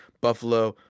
buffalo